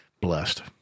blessed